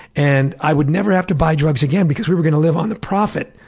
and i would never have to buy drugs again because we were gonna live on the profit,